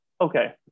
okay